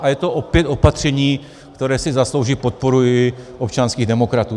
A je to opět opatření, které si zaslouží podporu i občanských demokratů.